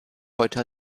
heute